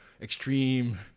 extreme